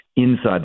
inside